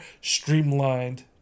streamlined